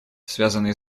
связанной